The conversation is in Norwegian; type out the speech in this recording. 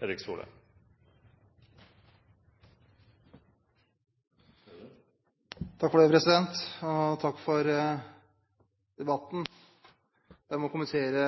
Takk for debatten. Jeg må kommentere